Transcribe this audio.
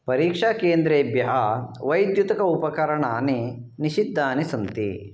परीक्षाकेन्द्रेभ्यः वैद्युतक उपकरणानि निषिद्धानि सन्ति